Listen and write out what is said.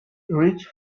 rich